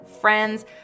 friends